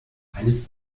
eines